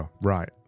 Right